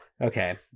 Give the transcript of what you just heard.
Okay